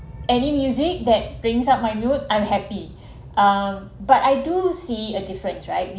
any music that brings up mood I'm happy um but I do see a difference right